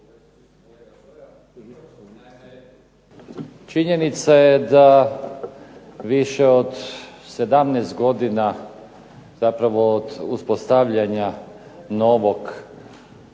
činjenica je da više od 17 godina dakle od uspostavljanja novog